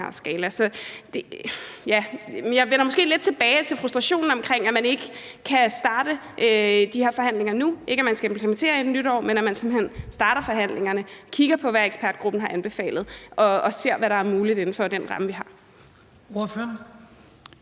lidt tilbage til frustrationen, i forhold til at man ikke kan starte de her forhandlinger nu, ikke at man skal implementere det inden nytår, men simpelt hen starte forhandlingerne og kigge på, hvad ekspertgruppen har anbefalet, og se, hvad der er muligt inden for den ramme, vi har.